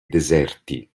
deserti